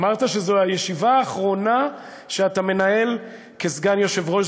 אמרת שזאת הישיבה האחרונה שאתה מנהל כסגן היושב-ראש.